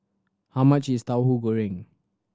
how much is Tauhu Goreng